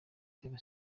itera